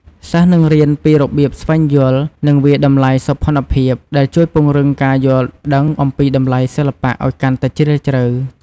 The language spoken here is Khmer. សិស្សនឹងរៀនពីរបៀបស្វែងយល់ និងវាយតម្លៃសោភណភាព ដែលជួយពង្រឹងការយល់ដឹងអំពីតម្លៃសិល្បៈឲ្យកាន់តែជ្រាលជ្រៅ